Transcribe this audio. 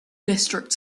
district